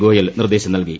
ഗോയൽ നിർദ്ദേശം നൽകി